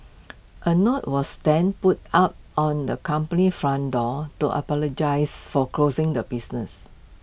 A note was then put up on the company's front door to apologise for closing the business